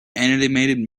animated